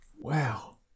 Wow